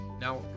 Now